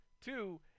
Two